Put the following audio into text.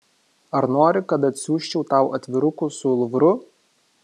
ar nori kad atsiųsčiau tau atvirukų su luvru